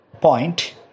point